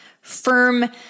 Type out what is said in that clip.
firm